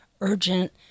urgent